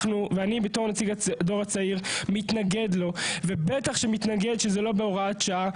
אני בתור נציג הדור הצעיר מתנגד לו ובטח שמתנגד שזה לא בהוראת שעה,